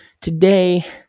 today